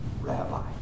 rabbi